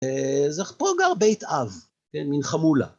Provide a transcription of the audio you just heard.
זך(?) פה גר בית אב, כן, מין חמולה.